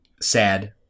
sad